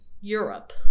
Europe